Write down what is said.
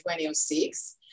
2006